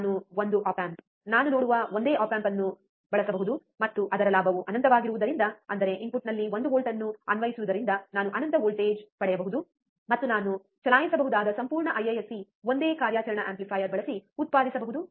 ನಾನು ಒಂದು op amp ನಾನು ನೋಡುವ ಒಂದೇ ಆಪ್ ಆಂಪ್ ಅನ್ನು ಬಳಸಬಹುದು ಮತ್ತು ಅದರ ಲಾಭವು ಅನಂತವಾಗಿರುವುದರಿಂದ ಅಂದರೆ ಇನ್ಪುಟ್ನಲ್ಲಿ ಒಂದು ವೋಲ್ಟ್ ಅನ್ನು ಅನ್ವಯಿಸುವುದರಿಂದ ನಾನು ಅನಂತ ವೋಲ್ಟೇಜ್ ಪಡೆಯಬಹುದು ಮತ್ತು ನಾನು ಚಲಾಯಿಸಬಹುದಾದ ಸಂಪೂರ್ಣ ಐಐಎಸ್ಸಿ ಒಂದೇ ಕಾರ್ಯಾಚರಣಾ ಆಂಪ್ಲಿಫೈಯರ್ ಬಳಸಿ ಉತ್ಪಾದಿಸಬಹುದು